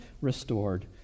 restored